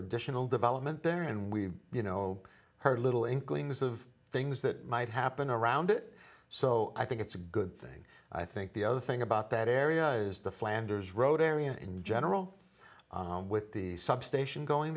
additional development there and we you know her little inklings of things that might happen around it so i think it's a good thing i think the other thing about that area is the flanders road area in general with the substation going